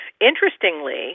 Interestingly